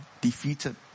defeated